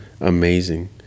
amazing